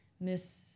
Miss